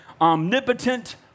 omnipotent